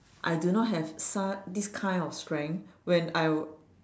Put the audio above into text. I do not have sar~ this kind of strength when I w~